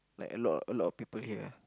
like a lot a lot people here